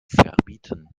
verbieten